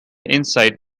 insight